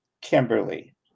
Kimberly